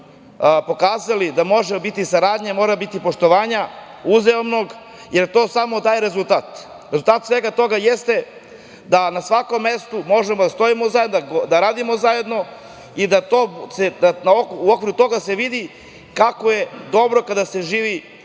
pokazali da može biti saradnje, mora biti uzajamnog poštovanja, jer samo to daje rezultate. Rezultat svega toga jeste da na svakom mestu možemo da stojimo zajedno, da radimo zajedno i da se u okviru toga se vidi kako je dobro kada se živi